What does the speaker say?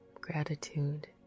gratitude